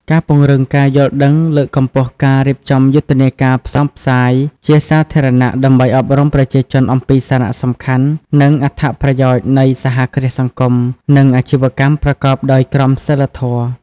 ការពង្រឹងការយល់ដឹង លើកកម្ពស់ការរៀបចំយុទ្ធនាការផ្សព្វផ្សាយជាសាធារណៈ ដើម្បីអប់រំប្រជាជនអំពីសារៈសំខាន់ និងអត្ថប្រយោជន៍នៃសហគ្រាសសង្គម និងអាជីវកម្មប្រកបដោយក្រមសីលធម៌ ។